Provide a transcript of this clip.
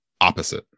opposite